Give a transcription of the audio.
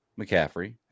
McCaffrey